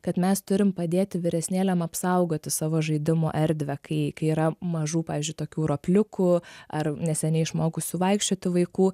kad mes turim padėti vyresnėliam apsaugoti savo žaidimų erdvę kai yra mažų pavyzdžiui tokių ropliukų ar neseniai išmokusių vaikščioti vaikų